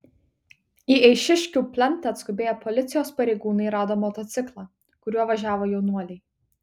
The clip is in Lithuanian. į eišiškių plentą atskubėję policijos pareigūnai rado motociklą kuriuo važiavo jaunuoliai